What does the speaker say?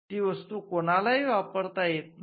ती वस्तू कुणालाही वापरता येत नाही